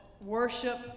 worship